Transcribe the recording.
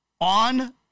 On